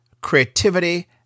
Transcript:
creativity